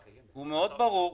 הוא מאוד ברור.